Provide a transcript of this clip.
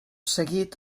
seguit